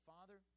Father